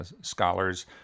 scholars